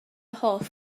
hoff